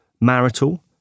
marital